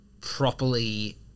properly